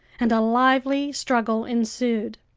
and a lively struggle ensued.